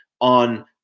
on